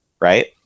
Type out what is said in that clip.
Right